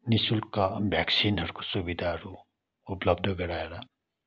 निःशुल्क भेकसिनहरूको सुविधाहरू उपलब्ध गराएर